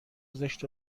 زشت